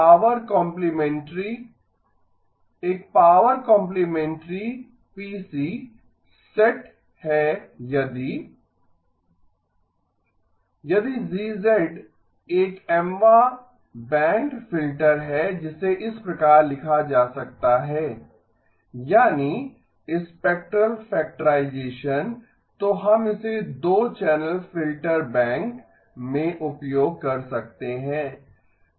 power complementary एक power complementary set है यदि यदि G एक Mवां बैंड फ़िल्टर है जिसे इस प्रकार लिखा जा सकता है यानी स्पेक्ट्रल फैक्टराइजेसन तो हम इसे 2 चैनल फिल्टर बैंक में उपयोग कर सकते हैं